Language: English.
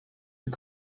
you